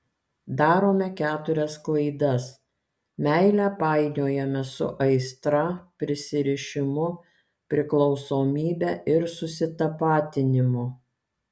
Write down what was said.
darome keturias klaidas meilę painiojame su aistra prisirišimu priklausomybe ir susitapatinimu